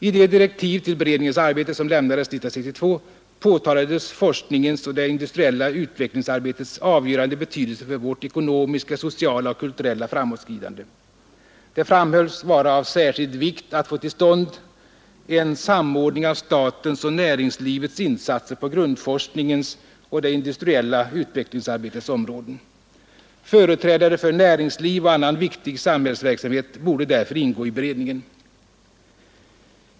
I de direktiv till beredningens arbete som lämnades 1962 påtalades forskningens och det industriella utvecklingsarbetets avgörande betydelse för vårt ekonomiska, sociala och kulturella framåtskridande. Det framhölls vara av särskild vikt att få till stånd ”en samordning av statens och näringslivets insatser på grundforskningens —-—— och det industriella utvecklingsarbetets områden”. Företrädare för näringsliv och annan viktig samhällsverksamhet borde därför ingå i beredningen.